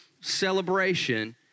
celebration